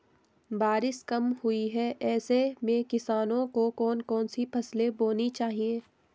बारिश कम हुई है ऐसे में किसानों को कौन कौन सी फसलें बोनी चाहिए?